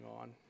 on